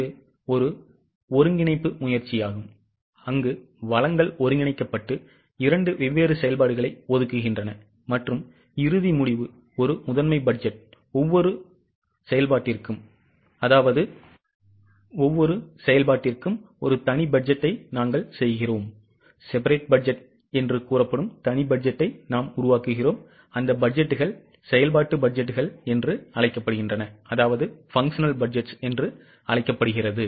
இது ஒரு ஒருங்கிணைப்பு முயற்சியாகும் அங்கு வளங்கள் ஒருங்கிணைக்கப்பட்டு இரண்டு வெவ்வேறு செயல்பாடுகளை ஒதுக்குகின்றன மற்றும் இறுதி முடிவு ஒரு முதன்மை பட்ஜெட் மற்றும் ஒவ்வொரு செயல்பாட்டிற்கும் ஒரு தனி பட்ஜெட்டை நாங்கள் செய்கிறோம் அந்த பட்ஜெட்டுகள் செயல்பாட்டு பட்ஜெட்டுகள் என்று அழைக்கப்படுகின்றன